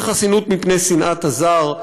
אין חסינות מפני שנאת הזר,